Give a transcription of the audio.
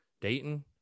Dayton